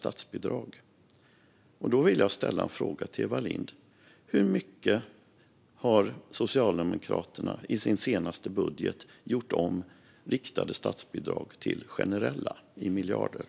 Jag vill ställa en fråga till Eva Lindh: Hur många miljarder har Socialdemokraterna i sin senaste budget gjort om från riktade till generella statsbidrag?